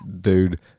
Dude